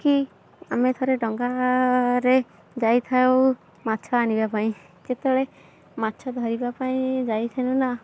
କି ଆମେ ଥରେ ଡଙ୍ଗାରେ ଯାଇ ଥାଉ ମାଛ ଆଣିବାପାଇଁ ଯେତେବେଳେ ମାଛ ଧରିବାପାଇଁ ଯାଇଥିଲୁ ନା